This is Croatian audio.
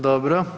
Dobro.